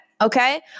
Okay